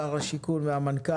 שר הבינוי והשיכון והמנכ"ל.